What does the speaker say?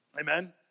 Amen